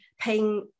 paying